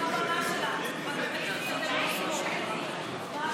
כמו